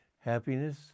happiness